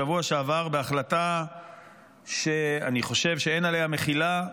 שבוע שעבר בהחלטה שאני חושב שאין עליה מחילה,